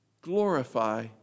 glorify